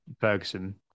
Ferguson